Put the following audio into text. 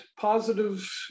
positive